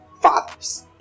fathers